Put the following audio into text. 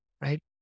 right